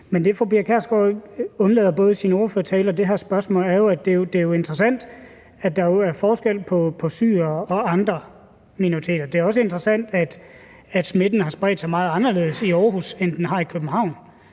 Men det, fru Pia Kjærsgaard undlader at sige både i sin ordførertale og i de her spørgsmål, er, at det jo er interessant, at der er forskel på syrere og andre minoriteter. Det er også interessant, at smitten har spredt sig meget anderledes i Aarhus, end den har i København,